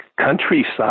countryside